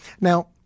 Now